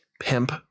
pimp